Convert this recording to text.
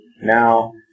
Now